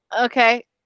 okay